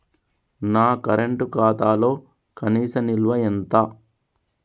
నా కరెంట్ ఖాతాలో కనీస నిల్వ ఎంత?